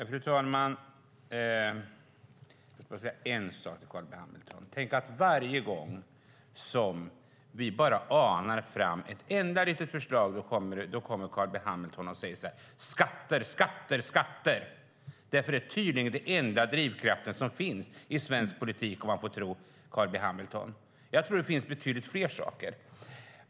Fru talman! Jag ska säga en sak till Carl B Hamilton. Varje gång som vi kommer med en antydan till ett litet förslag säger Carl B Hamilton: Skatter, skatter, skatter. Det är tydligen den enda drivkraft som finns i svensk politik om man får tro Carl B Hamilton. Jag tror att det finns betydligt fler saker.